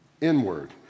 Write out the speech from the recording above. inward